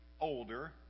older